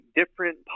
different